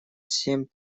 семь